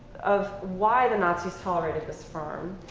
of why the nazis tolerated this firm.